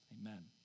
Amen